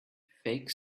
fake